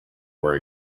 were